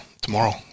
tomorrow